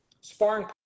Sparring